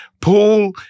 Paul